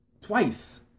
twice